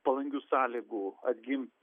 palankių sąlygų atgimt